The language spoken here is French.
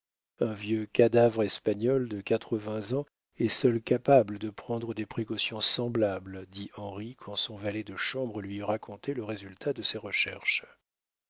un vieux cadavre espagnol de quatre-vingts ans est seul capable de prendre des précautions semblables dit henri quand son valet de chambre lui eut raconté le résultat de ses recherches